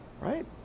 right